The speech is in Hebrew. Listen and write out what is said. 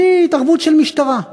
בלי התערבות של משטרה.